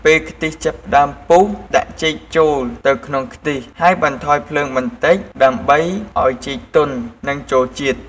ពេលខ្ទិះចាប់ផ្ដើមពុះ ដាក់ចេកចូលទៅក្នុងខ្ទិះ ហើយបន្ថយភ្លើងបន្តិច ដើម្បីឱ្យចេកទន់និងចូលជាតិ។